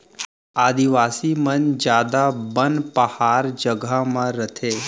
आदिवासी मन जादा बन पहार जघा म रथें